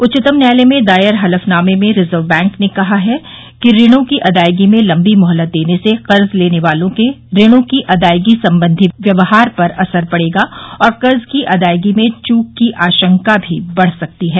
उच्चतम न्यायालय में दायर हलफनामे में रिजर्व बैंक ने कहा है कि ऋणों की अदायगी में लम्बी मोहलत देने से कर्जे लेने वालों के ऋणों की अदायगी संबंधी व्यवहार पर असर पडेगा और कर्ज की अदायगी में चूक की आशंका भी बढ सकती है